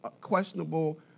questionable